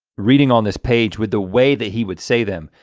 reading on this page with the way that he would say them.